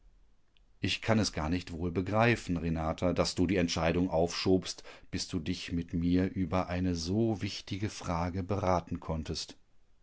ich kann es gar wohl begreifen renata daß du die entscheidung aufschobst bis du dich mit mir über eine so wichtige frage beraten konntest